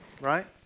right